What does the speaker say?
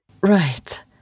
Right